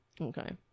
Okay